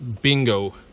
Bingo